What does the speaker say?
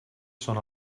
són